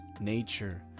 nature